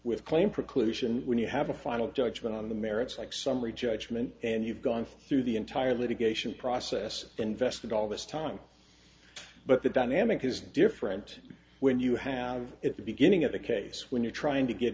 with claim preclusion when you have a final judgment on the merits like summary judgment and you've gone through the entire litigation process invested all this time but the dynamic is different when you have at the beginning of the case when you're trying to get